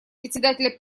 председателя